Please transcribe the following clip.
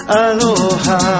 aloha